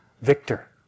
victor